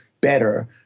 better